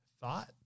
thought